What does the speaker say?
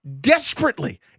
desperately